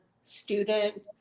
student